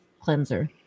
cleanser